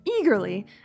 eagerly